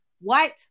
White